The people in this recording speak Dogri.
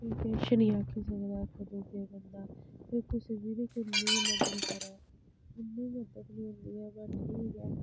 किश नी आक्खी सकदा दुए गी बंदा कोई कुसै दी बी नी किन्नी गै मदद करै किन्नी गै करदी होंदी ऐ बा ठीक ऐ